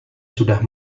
sudah